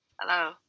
Hello